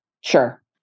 Sure